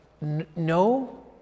no